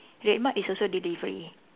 Red Mart is also delivery